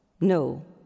No